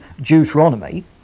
Deuteronomy